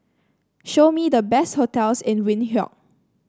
show me the best hotels in Windhoek